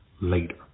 later